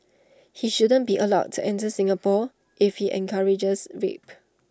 he shouldn't be allowed to enter Singapore if he encourages rape